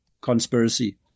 conspiracy